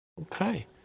okay